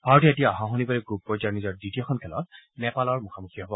ভাৰতে এতিয়া অহা শনিবাৰে গ্ৰুপ পৰ্যায়ৰ নিজৰ দ্বিতীয়খন খেলত নেপালৰ মুখামুখি হ'ব